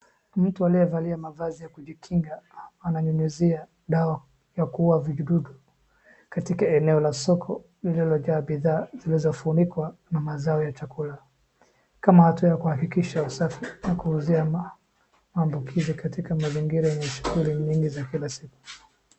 Mtu aliyevalia mavazi ya kujikinga ananyunyuzia dawa ya kuua vidudu katika eneo la soko lilowekewa bidhaa zilizofunikwa na mazao ya chakula kama hatua ya kuhakikisha usafi nakuzuia maambukizi katika mazingira na shughuli mingi za kila siku.